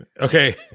Okay